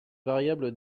variable